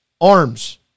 arms